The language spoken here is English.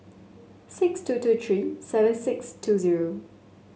six two two three six seven two zero